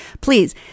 please